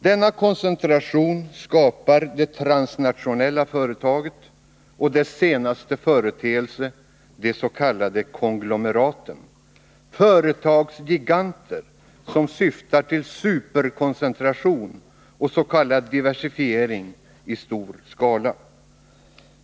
Denna koncentration skapar det transnationella företaget och dess senaste företeelse, de s.k. konglomeraten — företagsgiganter som syftar till superkoncentration och s.k. diversifiering i stor skala.